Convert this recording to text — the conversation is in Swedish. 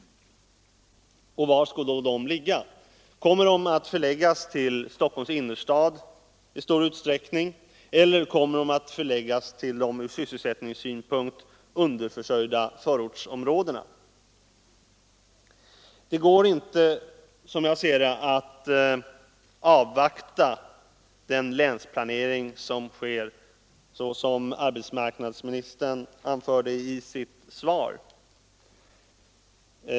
Och var skall de ligga? Kommer de att i stor utsträckning förläggas till Stockholms innerstad eller kommer de att förläggas till från sysselsättningssynpunkt underförsörjda förortsområden? Det går inte, som jag ser det, att avvakta den länsplanering som arbetsmarknadsministern hänvisar till i sitt svar.